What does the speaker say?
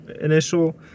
initial